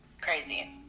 Crazy